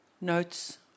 notes